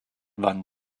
van